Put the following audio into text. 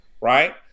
right